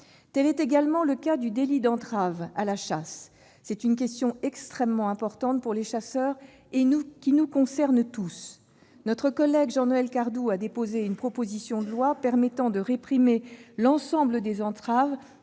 Tel est également le cas du délit d'entrave à la chasse. C'est une question extrêmement importante pour les chasseurs et qui nous concerne tous. Notre collègue Jean-Noël Cardoux a déposé une proposition de loi permettant de réprimer l'ensemble des entraves